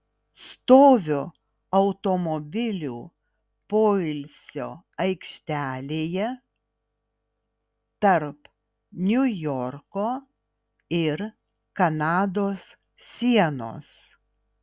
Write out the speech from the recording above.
stoviu automobilių poilsio aikštelėje tarp niujorko ir kanados sienos